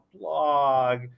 blog